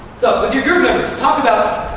so with your group members, talk about,